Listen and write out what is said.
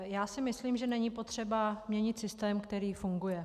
Já si myslím, že není potřeba měnit systém, který funguje.